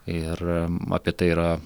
ir apie tai yra